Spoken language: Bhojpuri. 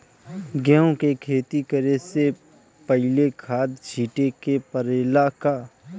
गेहू के खेती करे से पहिले खाद छिटे के परेला का?